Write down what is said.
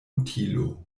utilo